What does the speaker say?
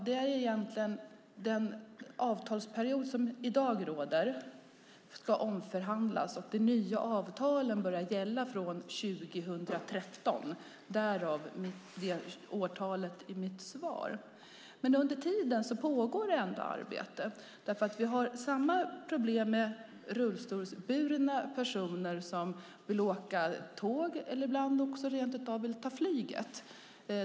Det är för att det avtal som i dag råder ska omförhandlas, och de nya avtalen börjar gälla från 2013, därav årtalet i mitt svar. Under tiden pågår ändå arbete. Vi har samma problem med rullstolsburna personer som vill åka tåg eller ibland vill ta flyget.